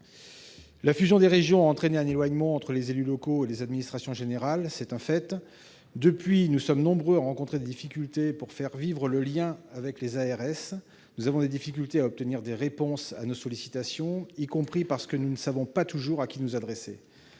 La fusion des régions a entraîné un éloignement entre les élus locaux et les administrations régionales- c'est un fait. Depuis lors, nous sommes nombreux à rencontrer des difficultés pour faire vivre la relation avec les ARS. Nous avons des difficultés à obtenir des réponses à nos sollicitations, y compris parce que nous ne savons pas toujours à qui nous adresser.